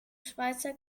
schweizer